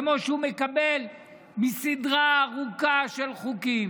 כמו שהוא מקבל מסדרה ארוכה של חוקים.